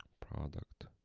product